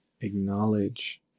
acknowledge